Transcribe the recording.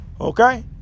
okay